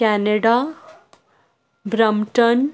Canada Brampton